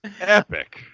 epic